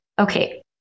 Okay